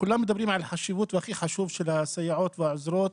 כולם מדברים על החשיבות ועל כך שהכי חשוב לסייעות ולעוזרות,